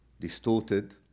distorted